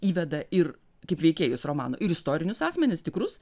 įveda ir kaip veikėjus romano ir istorinius asmenis tikrus